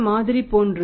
இந்த மாதிரி போன்று